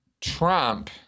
Trump